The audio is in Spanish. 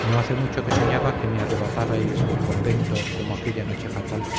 no hace mucho que soñaba que me arrebatabais del convento como aquella noche fatal